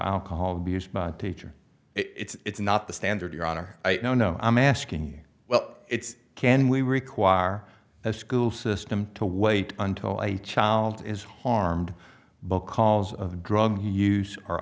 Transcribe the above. alcohol abuse by the teacher it's not the standard your honor no no i'm asking well it's can we require the school system to wait until a child is harmed because of drug use or